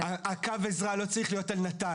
הקו עזרה לא צריך להיות על נט"ל,